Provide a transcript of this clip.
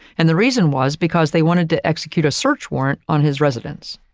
and the reason was because they wanted to execute a search warrant on his residence.